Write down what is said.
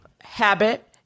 Habit